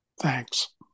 Thanks